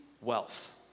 wealth